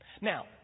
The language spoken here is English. Now